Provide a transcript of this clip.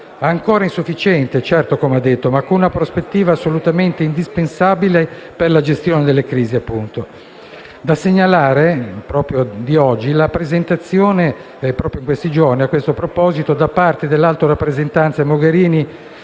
ancora insufficienti, certo, ma con una prospettiva assolutamente indispensabile per la gestione delle crisi.